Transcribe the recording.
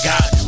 God